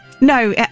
No